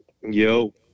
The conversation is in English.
Yo